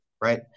right